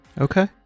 Okay